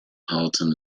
halton